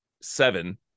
seven